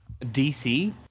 DC